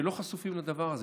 שלא חשופים לדבר הזה.